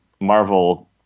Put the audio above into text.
Marvel –